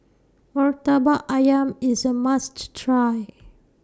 Murtabak Ayam IS A must Try